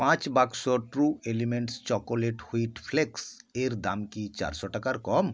পাঁচ বাক্স true elements chocolate wheat flakes এর দাম কি চারশো টাকার কম